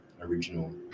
original